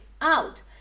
out